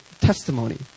testimony